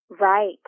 Right